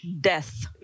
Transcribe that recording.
death